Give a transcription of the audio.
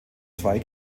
zwei